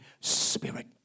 Spirit